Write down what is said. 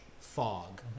fog